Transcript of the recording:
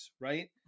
right